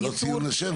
בסדר, זה לא ציון לשבח.